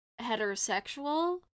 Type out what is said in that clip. heterosexual